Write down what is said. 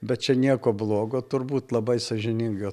bet čia nieko blogo turbūt labai sąžiningai